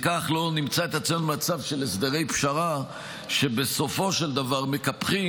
כך לא נמצא את עצמנו במצב של הסדרי פשרה שבסופו של דבר מקפחים